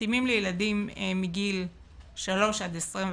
מתאימות לילדים מגיל 3-21,